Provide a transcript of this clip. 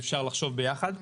שאפשר לחשוב ביחד.